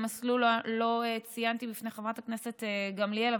לא ציינתי בפני חברת הכנסת גמליאל,